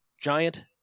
giant